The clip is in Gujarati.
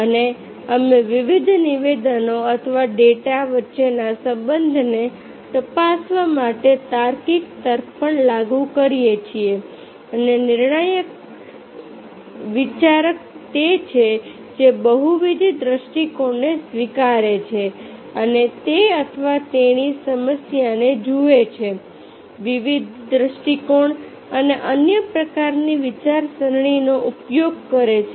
અને અમે વિવિધ નિવેદનો અથવા ડેટા વચ્ચેના સંબંધને તપાસવા માટે તાર્કિક તર્ક પણ લાગુ કરીએ છીએ અને નિર્ણાયક વિચારક તે છે જે બહુવિધ દૃષ્ટિકોણને સ્વીકારે છે અને તે અથવા તેણી સમસ્યાને જુએ છે વિવિધ દૃષ્ટિકોણ અને અન્ય પ્રકારની વિચારસરણીનો ઉપયોગ કરે છે